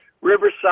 Riverside